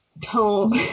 tone